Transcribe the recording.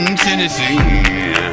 Tennessee